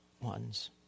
ones